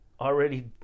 already